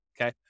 Okay